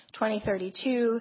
2032